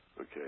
Okay